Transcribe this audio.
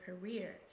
career